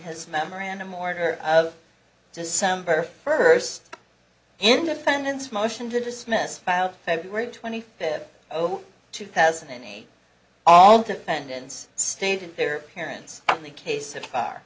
his memorandum order of december first independence motion to dismiss february twenty fifth oh two thousand and eight all defendants stated their appearance in the case